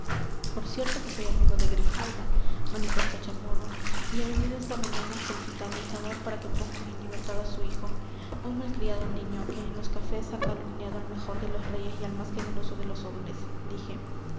cierto que soy amigo de grijalva manifestó chamorro y ha venido esta mañana a solicitar mi favor para que pongan en libertad a su hijo un mal criado niño que en los cafés ha calumniado al mejor de los reyes y al más generoso de los hombres dije